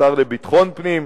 השר לביטחון פנים?